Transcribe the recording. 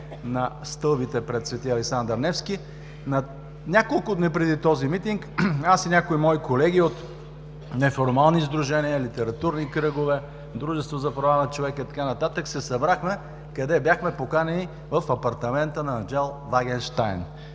на стълбите пред „Св. Александър Невски“, няколко дни преди този митинг аз и някои мои колеги от неформални сдружения, литературни кръгове, дружества за права на човека и така нататък се събрахме, къде? – Бяхме поканени в апартамента на Анжел Вагенщайн.